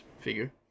figure